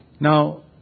Now